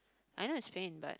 I know it's pain but